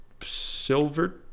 silver